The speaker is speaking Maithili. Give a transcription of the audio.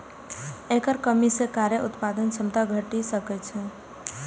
एकर कमी सं कार्य उत्पादक क्षमता घटि सकै छै